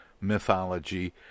mythology